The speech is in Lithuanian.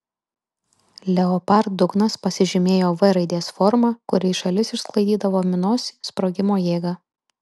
leopard dugnas pasižymėjo v raidės forma kuri į šalis išsklaidydavo minos sprogimo jėgą